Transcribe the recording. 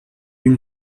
une